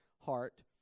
heart